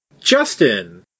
Justin